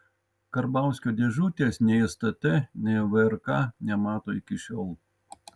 karbauskio dėžutės nei stt nei vrk nemato iki šiol